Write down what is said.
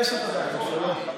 אני לא יודע, סמוטריץ' אמר שהם